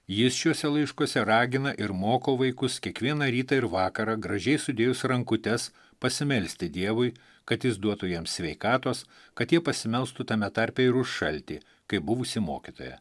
jis šiuose laiškuose ragina ir moko vaikus kiekvieną rytą ir vakarą gražiai sudėjus rankutes pasimelsti dievui kad jis duotų jiem sveikatos kad jie pasimelstų tame tarpe ir už šaltį kaip buvusį mokytoją